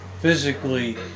physically